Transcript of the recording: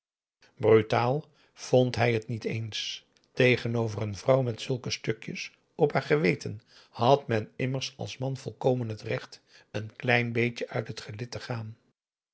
brutaal vond hij het niet eens tegenover een vrouw met zulke stukjes op haar geweten had men immers als man volkomen het recht een klein beetje uit het gelid te gaan